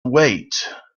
wait